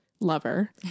lover